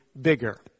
bigger